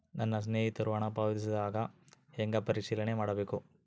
ನನ್ನ ಸ್ನೇಹಿತರು ಹಣ ಪಾವತಿಸಿದಾಗ ಹೆಂಗ ಪರಿಶೇಲನೆ ಮಾಡಬೇಕು?